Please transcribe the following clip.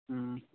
ہوں